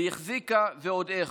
והיא החזיקה ועוד איך.